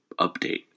update